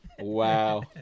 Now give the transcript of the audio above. wow